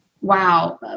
Wow